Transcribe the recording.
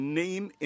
name